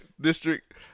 District